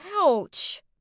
Ouch